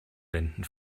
wänden